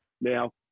Now